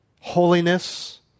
Holiness